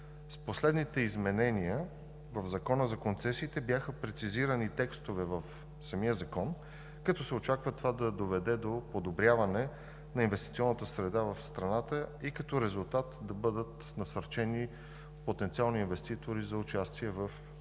последните изменения в Закона за концесиите бяха прецизирани текстове в самия закон, като се очаква това да доведе до подобряване на инвестиционната среда в страната и като резултат да бъдат насърчени потенциални инвеститори за участие в съответни